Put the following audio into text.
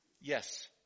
yes